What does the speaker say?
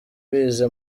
bize